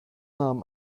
nahm